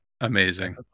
Amazing